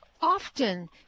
often